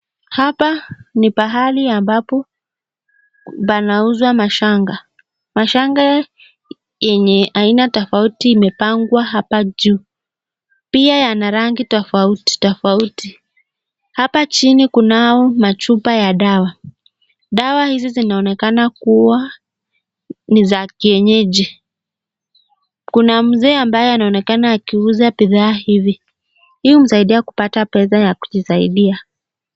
Hapa ni pahali ambapo panauzwa mashanga, mashanga yenye aina tofauti imepangwa hapa juu pia yana rangi tofauti tofauti. Hapa chini kunayo machupa ya dawa, dawa hizi zinaonekana kuwa ni za kienyeji kuna mzee ambaye anaonekana akiuza bidhaa hizi hii humsaidia kupata pesa ya kujisaidia.